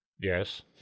Yes